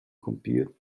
compute